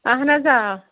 اَہَن حظ آ